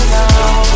now